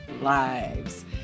lives